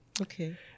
Okay